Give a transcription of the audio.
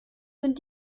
sind